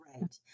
Right